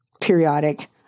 periodic